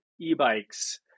e-bikes